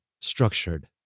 structured